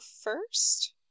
first